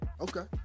Okay